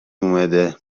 اومده